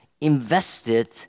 invested